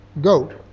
goat